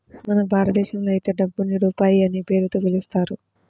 మన భారతదేశంలో అయితే డబ్బుని రూపాయి అనే పేరుతో పిలుస్తారు